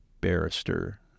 barrister